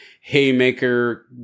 haymaker